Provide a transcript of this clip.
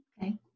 Okay